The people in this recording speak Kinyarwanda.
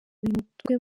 mutwe